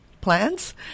plans